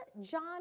John